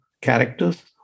characters